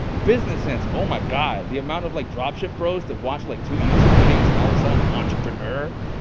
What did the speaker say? business sense, oh my god, the amount of like dropship bros that watch like two youtube videos and all of a sudden, i'm an entrepreneur,